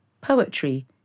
poetry